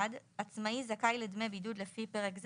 (1)עצמאי זכאי לדמי בידוד לפי פרק זה